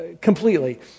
completely